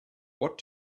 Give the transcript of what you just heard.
what